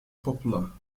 popular